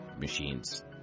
machines